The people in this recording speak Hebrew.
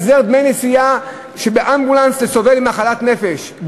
החזר דמי נסיעה באמבולנס לסובל ממחלת נפש,